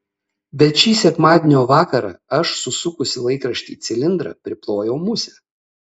bet šį sekmadienio vakarą aš susukusi laikraštį į cilindrą priplojau musę